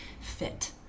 fit